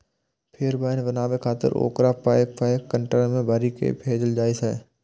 फेर वाइन बनाबै खातिर ओकरा पैघ पैघ कंटेनर मे भरि कें भेजल जाइ छै